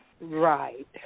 right